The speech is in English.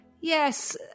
Yes